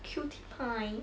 cutie pie